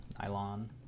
nylon